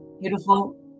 Beautiful